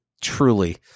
truly